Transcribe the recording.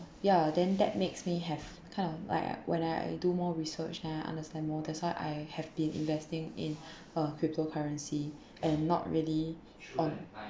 ya then that makes me have kind of like when I do more research and understand more that's why I have been investing in uh crypto currency and not really on